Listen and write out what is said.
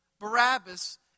Barabbas